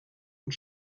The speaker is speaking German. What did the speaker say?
und